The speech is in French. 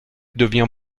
devient